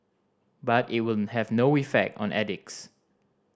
but it will have no effect on addicts